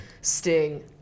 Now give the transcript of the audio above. sting